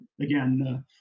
again